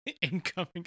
incoming